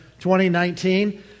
2019